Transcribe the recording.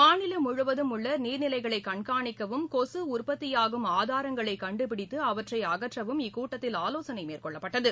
மாநிலம் முழுவதும் உள்ள நீர்நிலைகளை கண்காணிக்கவும் கொசு உற்பத்தியாகும் ஆதாரங்களை கண்டுபிடித்து அவற்றை அகற்றவும் இக்கூட்டத்தில் ஆலோசனை மேற்கொள்ளப்பட்டது